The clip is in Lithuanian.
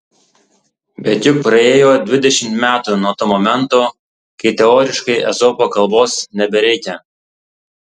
bet juk praėjo dvidešimt metų nuo to momento kai teoriškai ezopo kalbos nebereikia